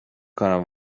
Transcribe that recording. کنم